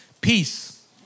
peace